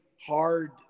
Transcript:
hard